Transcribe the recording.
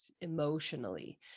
emotionally